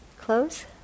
close